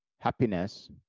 Happiness